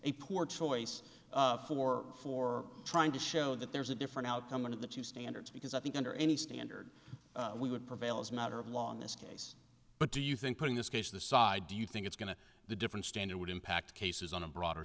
a poor choice for for trying to show that there's a different outcome one of the two standards because i think under any standard we would prevail as a matter of law in this case but do you think putting this case the side do you think it's going to the different standard would impact cases on a broader